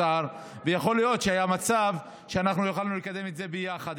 האוצר ויכול להיות שהיה מצב שבו יכולנו לקדם את זה ביחד,